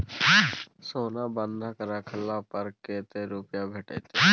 सोना बंधक रखला पर कत्ते रुपिया भेटतै?